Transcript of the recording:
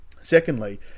Secondly